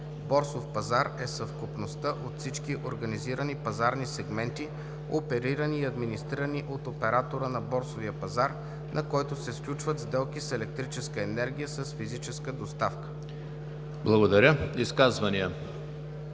„Борсов пазар“ е съвкупността от всички организирани пазарни сегменти, оперирани и администрирани от оператора на борсовия пазар, на които се сключват сделки с електрическа енергия с физическа доставка.“. ПРЕДСЕДАТЕЛ